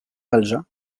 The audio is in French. valjean